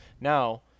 Now